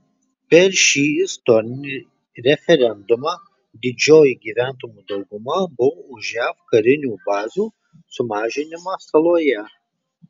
per šį istorinį referendumą didžioji gyventojų dauguma buvo už jav karinių bazių sumažinimą saloje